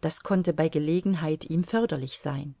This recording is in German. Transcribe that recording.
das konnte bei gelegenheit ihm förderlich sein